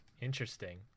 interesting